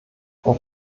frau